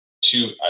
two